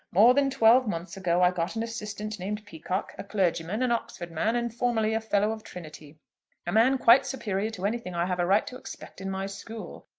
more than twelve months ago i got an assistant named peacocke, a clergyman, an oxford man, and formerly a fellow of trinity a man quite superior to anything i have a right to expect in my school.